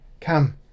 come